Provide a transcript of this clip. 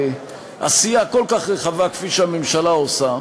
עשייה כל כך רחבה כפי שהממשלה עושה,